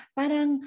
parang